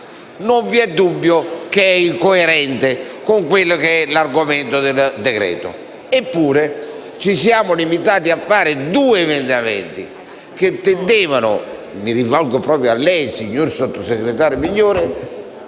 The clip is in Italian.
non vi è dubbio che è incoerente con l'argomento del decreto. Eppure, ci siamo limitati a presentare due emendamenti - mi rivolgo proprio a lei, signor sottosegretario Migliore